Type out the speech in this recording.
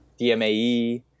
dmae